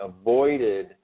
avoided